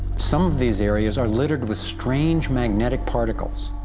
some these areas are littered with strange magnetic particles.